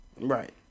Right